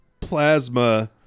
plasma